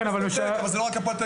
זה לא רק הפועל תל אביב,